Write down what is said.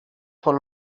por